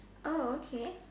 oh okay